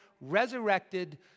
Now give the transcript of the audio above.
resurrected